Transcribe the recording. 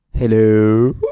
Hello